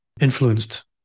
influenced